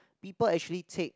people actually take